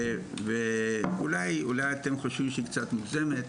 אולי אתם חושבים שהיא קצת מוגזמת,